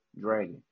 dragon